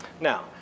Now